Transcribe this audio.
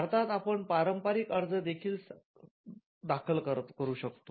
भारतात आपण पारंपरिक अर्ज देखील दाखल करू शकता